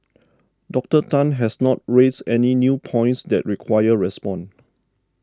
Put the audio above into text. Doctor Tan has not raised any new points that require response